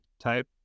type